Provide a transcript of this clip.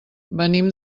venim